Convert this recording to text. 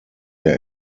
der